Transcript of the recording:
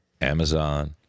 Amazon